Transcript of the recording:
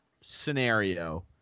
scenario